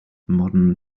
modern